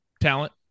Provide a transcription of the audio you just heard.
talent